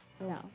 No